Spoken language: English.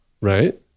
Right